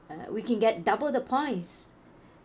uh we can get double the points